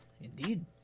Indeed